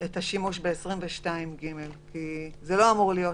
את השימוש ב-22ג, כי זה לא אמור להיות